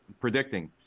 predicting